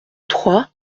trois